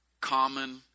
common